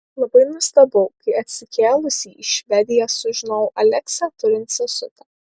labai nustebau kai atsikėlusi į švediją sužinojau aleksę turint sesutę